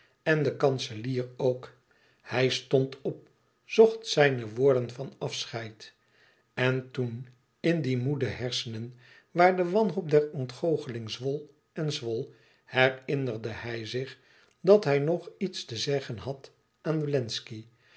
en den kanselier ook hij stond op zocht zijne woorden van afscheid en toen in die moede hersenen waar de wanhoop der ontgoocheling zwol en zwol herinnerde hij zich dat hij nog iets te zeggen had aan wlenzci